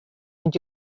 and